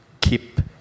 keep